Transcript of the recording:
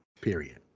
period